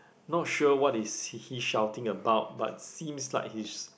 not sure what is he he shouting about but seems like he's